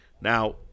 Now